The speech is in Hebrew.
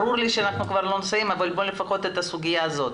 ברור לי שלא נסיים, אבל לפחות את הסוגיה הזאת.